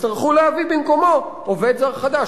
יצטרכו להביא במקומו עובד זר חדש.